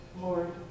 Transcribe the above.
Lord